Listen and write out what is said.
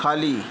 खाली